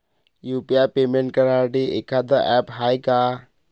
UPI payment करासाठी एखांद app हाय का?